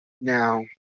Now